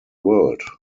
world